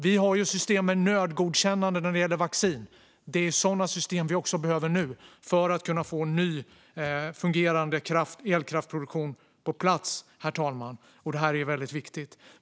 Vi har ett system med nödgodkännande när det gäller vaccin, och det är också sådana system vi behöver nu för att kunna få ny, fungerande elkraftproduktion på plats, herr talman. Detta är väldigt viktigt.